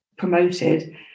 promoted